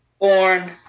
born